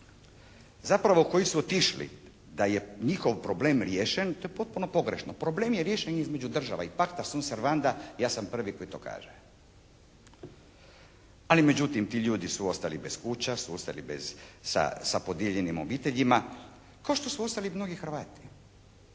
zapravo koji su otišli, da je njihov problem riješen, to je potpuno pogrešno. Problem je riješen između država i pacta sum servanda ja sam prvi koji to kaže. Ali međutim, ti ljudi su ostali bez kuća, su ostali sa podijeljenim obiteljima kao što su ostali mnogi Hrvati